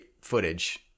footage